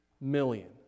million